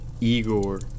Igor